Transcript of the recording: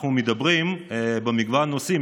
אנחנו מדברים על מגוון נושאים.